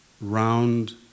round